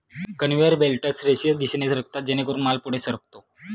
conveyor belts रेषीय दिशेने सरकतात जेणेकरून माल पुढे सरकतो